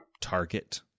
target